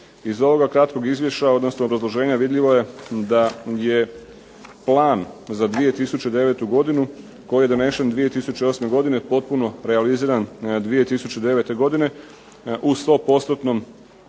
Iz ovoga kratkoga izvješća odnosno obrazloženja vidljivo je da je plan za 2009. godinu koji je donesen 2008. godine potpuno realiziran 2009. godine u